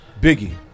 Biggie